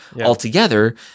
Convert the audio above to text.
altogether